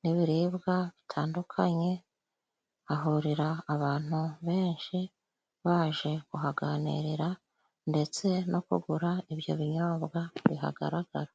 n'ibiribwa bitandukanye. Hahurira abantu benshi baje kuhaganirira ndetse no kugura ibyo binyobwa bihagaragara.